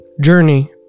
journey